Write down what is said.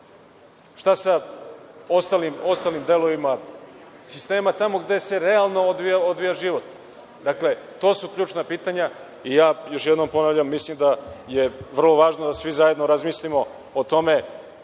Šta sa ostalim delovima sistema, tamo gde se realno odvija život? Dakle, to su ključna pitanja. Još jednom ponavljam, mislim da je vrlo važno da svi zajedno razmislimo o tome,